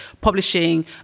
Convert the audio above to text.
publishing